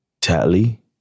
Tally